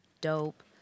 dope